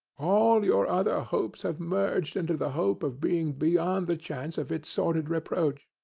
all your other hopes have merged into the hope of being beyond the chance of its sordid reproach.